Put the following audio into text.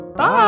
Bye